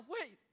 wait